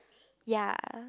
ya